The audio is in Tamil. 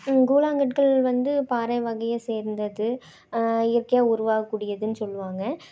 கூழாங்கற்கள் வந்து பாறை வகையை சேர்ந்தது இயற்கையாக உருவாகக்கூடியதுனு சொல்வாங்க